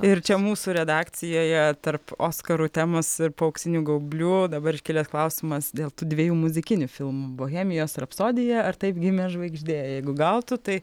ir čia mūsų redakcijoje tarp oskarų temos ir po auksinių gaublių dabar iškilęs klausimas dėl tų dviejų muzikinių filmų bohemijos rapsodija ar taip gimė žvaigždė jeigu gautų tai